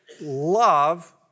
Love